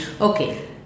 Okay